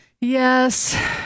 yes